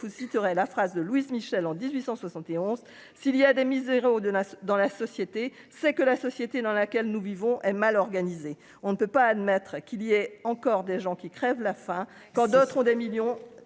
vous citerai la phrase de Michel en 1871 s'il y a des misères de dans la société, c'est que la société dans laquelle nous vivons et mal organisé, on ne peut pas admettre qu'il y ait encore des gens qui crèvent la faim quand d'autres ont des millions